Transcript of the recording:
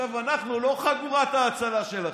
אנחנו לא חבורת ההצלה שלכם.